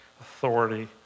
authority